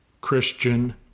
Christian